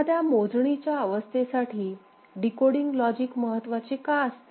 एखाद्या मोजणीच्याअवस्थेसाठी decoding logic महत्त्वाचे का असते